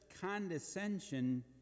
condescension